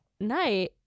night